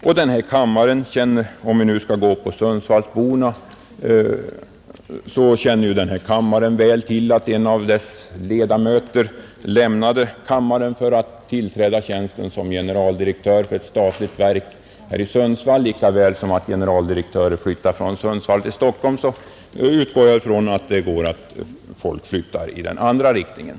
Om vi nu skall tala om Sundsvallsborna känner denna kammare väl till att en av deras representanter lämnade riksdagen för att tillträda tjänsten som generaldirektör för ett statligt verk. Och lika väl som en generaldirektör kan flytta från Sundsvall till Stockholm bör ämbetsmän väl kunna flytta i den andra riktningen.